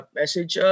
message